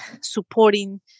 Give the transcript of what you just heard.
supporting